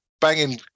banging